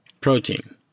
Protein